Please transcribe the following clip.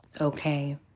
okay